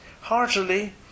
heartily